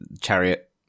Chariot